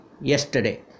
yesterday